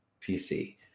PC